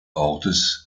ortes